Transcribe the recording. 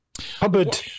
Hubbard